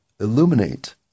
illuminate